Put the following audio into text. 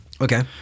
Okay